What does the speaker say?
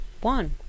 One